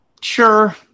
sure